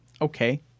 okay